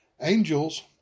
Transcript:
angels